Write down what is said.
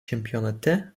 čempionate